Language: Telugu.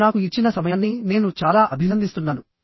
మీరు నాకు ఇచ్చిన సమయాన్ని నేను చాలా అభినందిస్తున్నాను